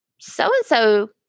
So-and-so